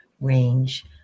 range